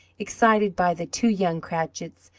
excited by the two young cratchits,